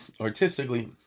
artistically